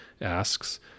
asks